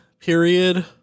period